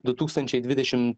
du tūkstančiai dvidešim